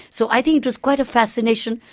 so i think it was quite a fascination.